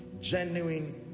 genuine